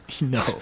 no